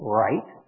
right